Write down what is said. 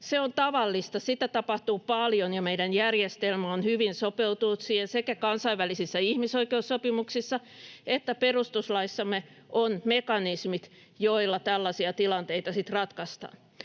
Se on tavallista, sitä tapahtuu paljon, ja meidän järjestelmämme on hyvin sopeutunut siihen. Sekä kansainvälisissä ihmisoikeussopimuksissa että perustuslaissamme on mekanismit, joilla tällaisia tilanteita sitten ratkaistaan,